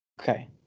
Okay